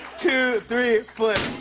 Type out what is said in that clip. two, three, flip.